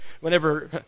whenever